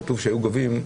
כתוב שהיו גובים,